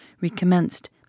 recommenced